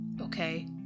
Okay